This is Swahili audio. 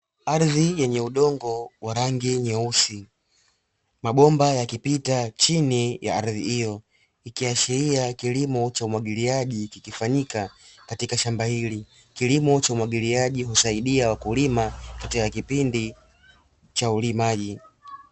Ardhi yenye udongo wa rangi nyeusi, mabomba yakipita chini ya ardhi hiyo, ikiashiria kilimo cha umwagiliaji kikifanyika katika shamba hili. Kilimo cha umwagiliaji husaidia wakulima katika kipindi cha ulimaji.